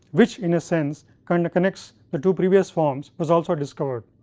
which in a sense kind of connects the two previous forms was also discovered.